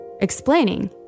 explaining